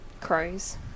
Crows